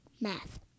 Math